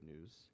news